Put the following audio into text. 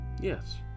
Yes